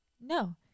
No